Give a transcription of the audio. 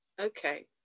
Okay